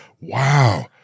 Wow